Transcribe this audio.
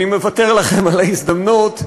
אני מוותר לכם על ההזדמנות,